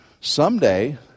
Someday